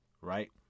right